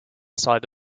side